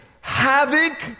havoc